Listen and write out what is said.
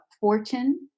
fortune